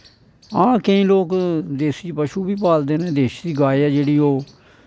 हां केईं लोक देसी पशु बी पालदे नै देसी गाय ऐ जेह्ड़ी ओह्